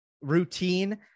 routine